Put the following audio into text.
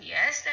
Yes